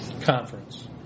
conference